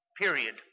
Period